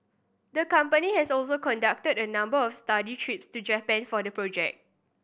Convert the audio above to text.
the company has also conducted a number of study trips to Japan for the project